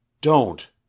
Don't